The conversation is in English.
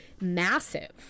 massive